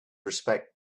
respect